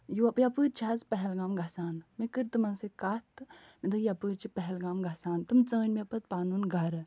یہِ یَپٲرۍ چھِ حظ پہلگام گژھان مےٚ کٔر تِمَن سۭتۍ کَتھ تہٕ مےٚ دوٚپ یَپٲرۍ چھِ پہلگام گژھان تِم ژٲنۍ مےٚ پَتہٕ پَنُن گَرٕ